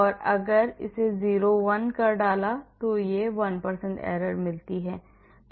इसलिए अगर मैंने 01 डाला तो आपको 1 error मिलती है